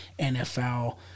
NFL